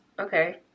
okay